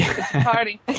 party